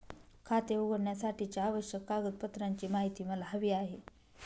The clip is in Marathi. खाते उघडण्यासाठीच्या आवश्यक कागदपत्रांची माहिती मला हवी आहे